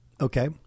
Okay